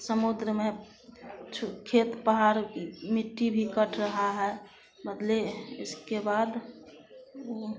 समुद्र में खेत पहाड़ ये मिट्टी भी कट रहा है बदले इसके बाद वो